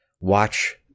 watch